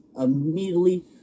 immediately